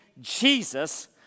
Jesus